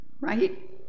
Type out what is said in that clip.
right